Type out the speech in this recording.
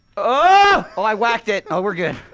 oh! oh, i whacked it! oh, we're good,